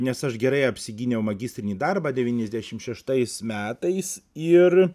nes aš gerai apsigyniau magistrinį darbą devyniasdešimt šeštais metais ir